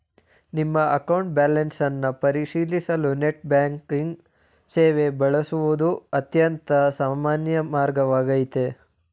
ನಿಮ್ಮ account balance ಅನ್ನ ಪರಿಶೀಲಿಸಲು ನೆಟ್ ಬ್ಯಾಂಕಿಂಗ್ ಸೇವೆ ಬಳಸುವುದು ಅತ್ಯಂತ ಸಾಮಾನ್ಯ ಮಾರ್ಗವಾಗೈತೆ